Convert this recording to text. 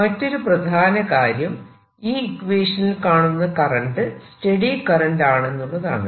മറ്റൊരു പ്രധാന കാര്യം ഈ ഇക്വേഷനിൽ കാണുന്ന കറന്റ് സ്റ്റെഡി കറന്റ് ആണെന്നുള്ളതാണ്